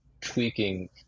tweaking